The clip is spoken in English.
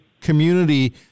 community